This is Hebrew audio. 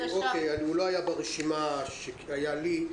הוא לא היה ברשימה שהייתה לי,